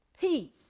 Peace